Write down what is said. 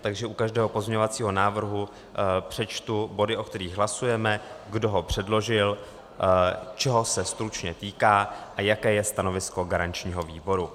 U každého pozměňovacího návrhu přečtu body, o kterých hlasujeme, kdo ho předložil, čeho se stručně týká a jaké je stanovisko garančního výboru.